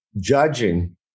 judging